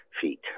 feet